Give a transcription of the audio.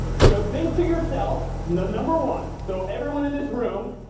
so think to yourself, number one so everyone in this room,